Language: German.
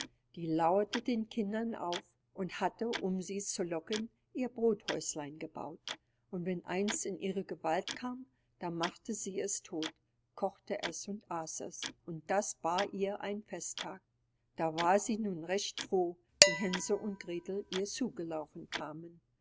die lauerte den kindern auf und hatte um sie zu locken ihr brodhäuslein gebaut und wenn eins in ihre gewalt kam da machte sie es todt kochte es und aß es und das war ihr ein festtag da war sie nun recht froh wie hänsel und gretel ihr zugelaufen kamen